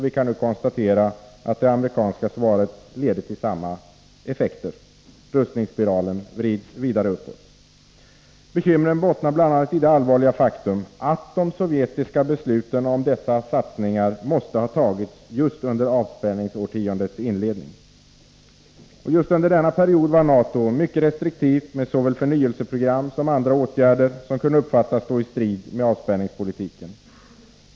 Vi kan nu konstatera att det amerikanska svaret leder till samma effekter — rustningsspiralen vrids vidare uppåt. Bekymren bottnar bl.a. i det allvarliga faktum att de sovjetiska besluten om dessa satsningar måtte ha tagits just under avspänningsårtiondets inledning. Just under denna period var NATO mycket restriktivt med såväl förnyelseprogram som andra åtgärder som kunde uppfattas stå i strid med avspänningspolitiken.